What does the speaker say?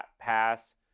pass